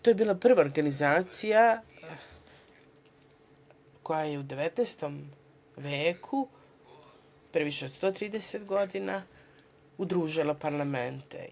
To je bila prva organizacija koja je u 19. veku, pre više od 130 godina udružila parlamente.